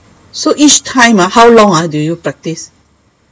so each time ah how long ah do you practise